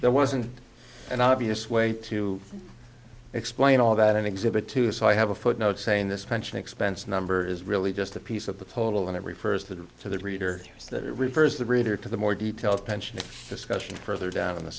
there wasn't an obvious way to explain all that in exhibit two so i have a footnote saying this pension expense number is really just a piece of the total and it refers to to the reader so that it refers the reader to the more detailed pension discussion further down in the